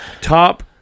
top